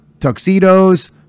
tuxedos